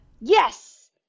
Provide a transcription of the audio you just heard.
Yes